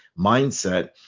mindset